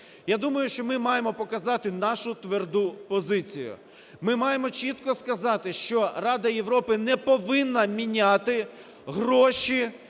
я думаю, що ми маємо показати нашу тверду позицію. Ми маємо чітко сказати, що Рада Європи не повинна міняти гроші